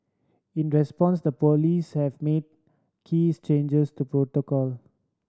in response the police have made keys changes to protocol